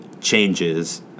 changes